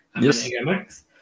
Yes